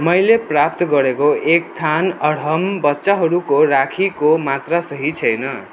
मैले प्राप्त गरेको एकथान अरहम बच्चाहरूको राखीको मात्रा सही छैन